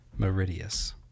Meridius